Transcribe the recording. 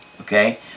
okay